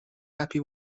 happy